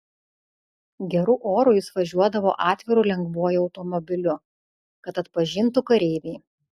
geru oru jis važiuodavo atviru lengvuoju automobiliu kad atpažintų kareiviai